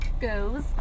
goes